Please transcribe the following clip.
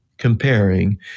comparing